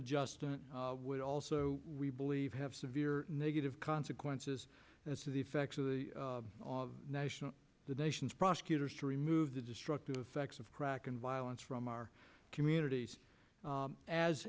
adjustment would also we believe have severe negative consequences as to the effects of the national the nation's prosecutors to remove the destructive effects of crack and violence from our communities